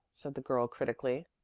said the girl critically.